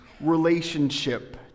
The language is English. relationship